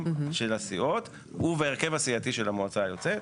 של הסיעות ובהרכב הסיעתי של המועצה היוצאת.